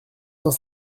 cent